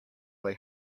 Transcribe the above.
they